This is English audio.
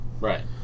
Right